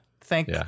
Thank